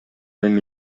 эми